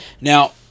now